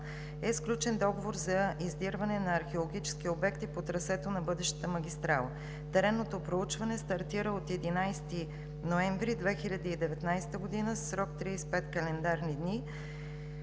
е сключен договор за издирване на археологически обекти по трасето на бъдещата магистрала. Теренното проучване стартира от 11 ноември 2019 г. в срок от 35 календарни дни,